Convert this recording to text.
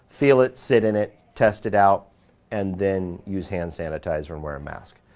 feel it, sit in it, test it out and then use hand sanitizer and wear a mask.